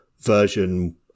version